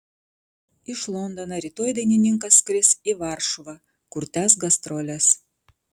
iš londono rytoj dainininkas skris į varšuvą kur tęs gastroles